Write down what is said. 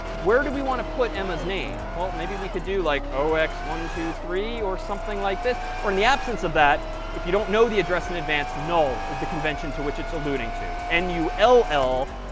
where do we want to put emma's name? well, maybe we could do like zero x one two three, or something like this, or in the absence of that if you don't know the address in advance null is the convention to which it's alluding to. n u l l